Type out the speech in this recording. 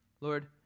Lord